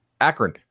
Akron